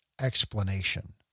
explanation